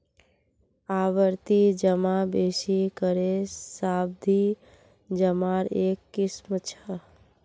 आवर्ती जमा बेसि करे सावधि जमार एक किस्म छ